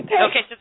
Okay